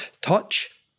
touch